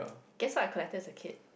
guess what I collected as a kid